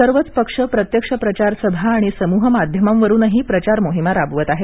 सर्वच पक्ष प्रत्यक्ष प्रचार सभा आणि समूह माध्यमांवरूनही प्रचार मोहिमा राबवत आहेत